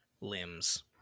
limbs